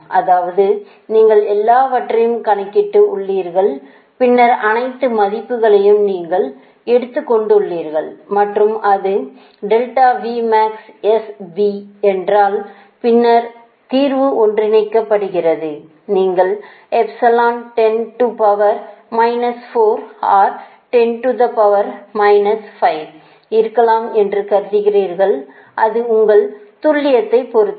அதாவது நீங்கள் எல்லாவற்றையும் கணக்கிட்டு உள்ளீர்கள் பின்னர் அனைத்து மதிப்புகளையும் நீங்கள் எடுத்துக் கொண்டீர்கள் மற்றும் அது என்றால் பின்னர் தீர்வு ஒன்றிணைக்கப்படுகிறது நீங்கள் epsilon 10 to the power minus 4 or 10 to the power minus 5 இருக்கலாம் என்று கருதுகிறீர்கள் அது உங்கள் துல்லியத்தை பொறுத்தது